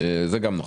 זה גם נכון.